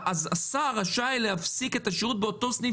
אז השר רשאי להפסיק את השירות באותו סניף